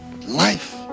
Life